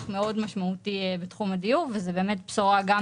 מאוד משמעותי בתחום הדיור וזו באמת בשורה גדולה.